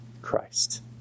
Christ